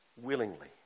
willingly